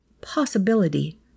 possibility